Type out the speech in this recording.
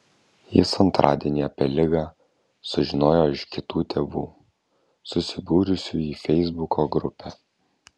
jis antradienį apie ligą sužinojo iš kitų tėvų susibūrusių į feisbuko grupę